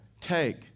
Take